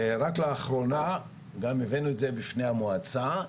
ורק לאחרונה גם הבאנו את זה בפני המועצה,